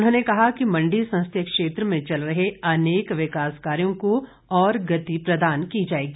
उन्होंने कहा कि मंडी संसदीय क्षेत्र में चल रहे अनेक विकास कार्यों को और गति प्रदान की जाएगी